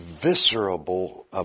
visceral